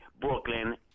Brooklyn